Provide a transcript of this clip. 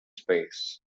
space